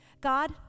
God